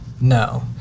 No